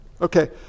Okay